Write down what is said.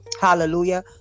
hallelujah